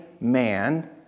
man